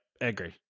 Agree